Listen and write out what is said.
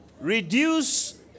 Reduce